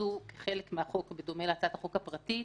נכנסו כחלק מהחוק, בדומה להצעת החוק הפרטית,